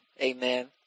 Amen